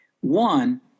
one